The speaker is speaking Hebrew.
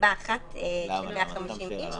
מסיבה אחת, עם 150 אנשים.